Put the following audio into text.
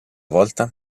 volta